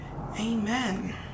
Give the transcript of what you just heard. Amen